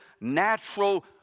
natural